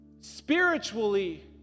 spiritually